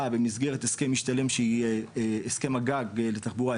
במסגרת הסכם משתלם שהיא הסכם הגג לתחבורה,